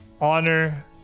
honor